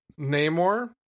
Namor